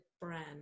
brand